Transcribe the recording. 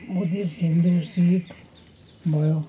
Buddhist Hindu Sikh भयो